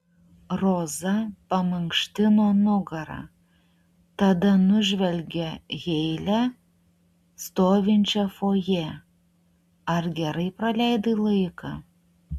roza pamankštino nugarą tada nužvelgė heile stovinčią fojė ar gerai praleidai laiką